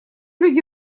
люди